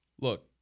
Look